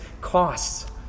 costs